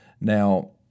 Now